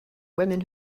women